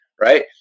right